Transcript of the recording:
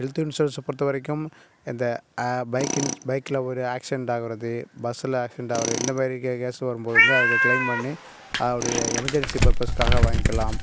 health இன்ஷூரன்ஸை பொறுத்த வரைக்கும் இந்த ஆ பைக் இன்ஷ் பைக்ல ஒரு ஆக்சிடென்ட் ஆகுறது பஸ்ஸில் ஆக்சிடென்ட் ஆகுறது இந்தமாரி கே கேஸ் வரும்போது தான் அதை கிளைம் பண்ணி அப்படி எமர்ஜன்சி பர்பஸ்காக வாங்கிலாம்